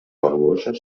valuosa